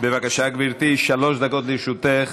בבקשה, גברתי, שלוש דקות לרשותך.